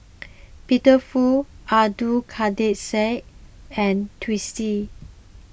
Peter Fu Abdul Kadir Syed and Twisstii